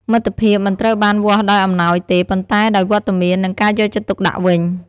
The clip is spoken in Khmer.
មិត្តភាពមិនត្រូវបានវាស់ដោយអំណោយទេ ប៉ុន្តែដោយវត្តមាន និងការយកចិត្តទុកដាក់វិញ។